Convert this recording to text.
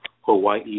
Hawaii